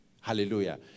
Hallelujah